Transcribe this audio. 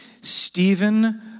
Stephen